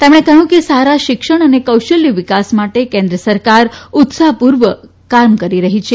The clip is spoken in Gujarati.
તેમણે કહયું કે સારા શિક્ષણ અને કૌશલ્ય વિકાસ માટે કેન્દ્ર સરકાર ઉત્સાહપુર્વક કાર્ય કરી રહી છે